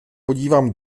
podívám